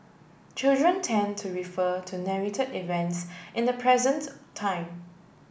children tend to refer to narrated events in the present time